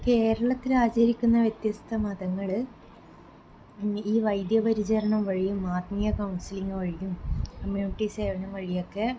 കേരളത്തില് ആചരിക്കുന്ന വ്യത്യസ്ത മതങ്ങള് ഈ വൈദ്യ പരിചരണം വഴിയും ആത്മീയ കൗൺസിലിംഗ് വഴിയും കമ്മ്യൂണിറ്റി സേവനം വഴിയൊക്കെ